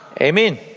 Amen